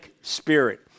spirit